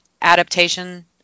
adaptation